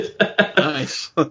Nice